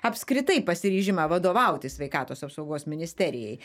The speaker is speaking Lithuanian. apskritai pasiryžimą vadovauti sveikatos apsaugos ministerijai